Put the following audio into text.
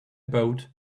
boat